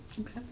Okay